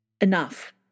enough